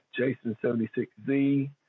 Jason76Z